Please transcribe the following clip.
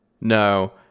No